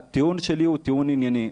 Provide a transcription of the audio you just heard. הטיעון שלי הוא טיעון ענייני.